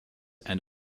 and